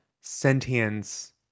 Sentience